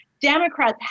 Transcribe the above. Democrats